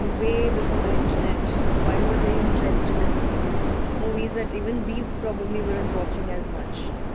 way before the internet. why were they interested in movies that even we probably weren't watching as much?